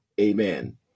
Amen